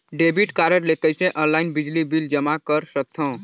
Debit card ले कइसे online बिजली बिल जमा कर सकथव?